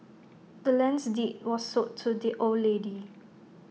the land's deed was sold to the old lady